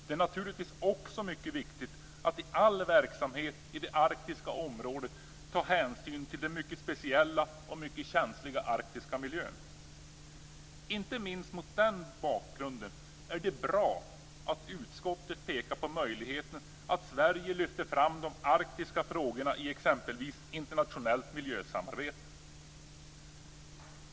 Det är naturligtvis också mycket viktigt att i all verksamhet i det arktiska området ta hänsyn till den mycket speciella och känsliga arktiska miljön. Inte minst mot den bakgrunden är det bra att utskottet pekar på möjligheten att Sverige lyfter fram de arktiska frågorna i exempelvis internationellt miljösamarbete.